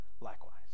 likewise